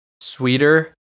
sweeter